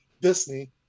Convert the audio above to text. Disney